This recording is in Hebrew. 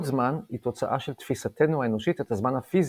זמן" היא תוצאה של תפיסתנו האנושית את הזמן הפיזי,